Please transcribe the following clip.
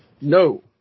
No